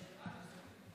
חבר הכנסת יצחק פינדרוס,